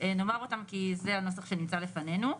נאמר אותם, כי זה הנוסח שנמצא לפנינו.